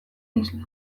isla